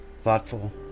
thoughtful